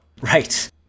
Right